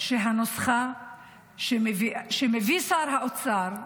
שהנוסחה שמביא שר האוצר,